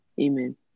Amen